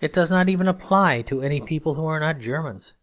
it does not even apply to any people who are not germans